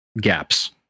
gaps